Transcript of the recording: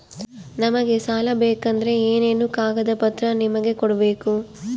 ನಮಗೆ ಸಾಲ ಬೇಕಂದ್ರೆ ಏನೇನು ಕಾಗದ ಪತ್ರ ನಿಮಗೆ ಕೊಡ್ಬೇಕು?